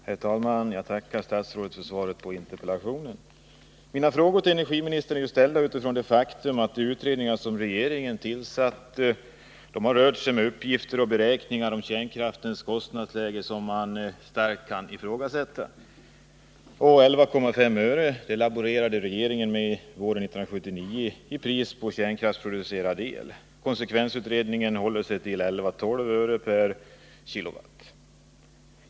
Herr talman! Jag tackar statsrådet för svaret på interpellationen. Mina frågor till energiministern är ställda utifrån det faktum att de utredningar som regeringen tillsatt har rört sig med uppgifter och beräkningar i fråga om kärnkraftens kostnadsläge som man starkt kan ifrågasätta. 11,5 öre laborerade regeringen med våren 1979 som ett pris på kärnkraftsproducerad el. Konsekvensutredningen håller sig till 11-12 öre/kWh.